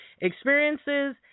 experiences